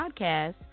Podcast